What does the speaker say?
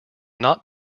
not